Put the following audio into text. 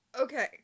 Okay